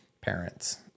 parents